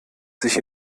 sich